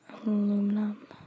Aluminum